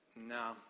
No